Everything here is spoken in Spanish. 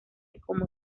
como